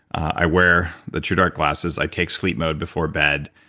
i wear the truedark glasses. i take sleep mode before bed.